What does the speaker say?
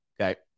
Okay